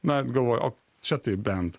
na galvojau o čia tai bent